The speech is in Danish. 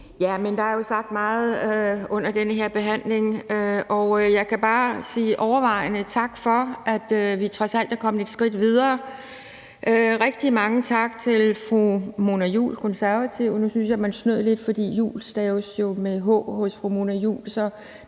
Der er jo sagt meget under denne her behandling, og jeg kan bare sige overvejende tak for, at vi trods alt er kommet et skridt videre. Rigtig mange tak til fru Mona Juul, Konservative. Nu synes jeg, man snød lidt, for Juul staves jo med to u'er hos fru Mona Juul,